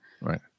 Right